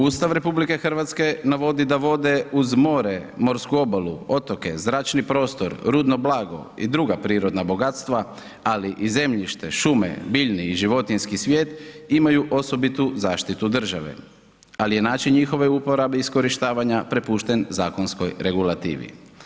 Ustav RH navodi da vode uz more, morsku obalu, otoke, zračni prostor, rudno blago i druga prirodna bogatstva, ali i zemljište, šume, biljni i životinjski svijet imaju osobitu zaštitu države, ali je način njihove uporabe iskorištavanja prepušten zakonskoj regulativi.